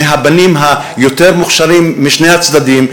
מהבנים היותר-מוכשרים משני הצדדים,